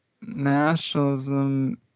nationalism